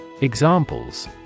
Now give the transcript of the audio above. Examples